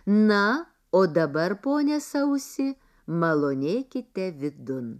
na o dabar pone sausi malonėkite vidun